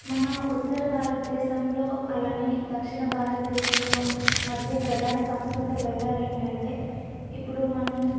మన ఉత్తర భారతదేశంలో అలాగే దక్షిణ భారతదేశంలో మధ్య ప్రధాన సంస్కృతి భేదాలు ఏంటంటే ఇప్పుడు మనం